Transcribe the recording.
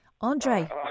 Andre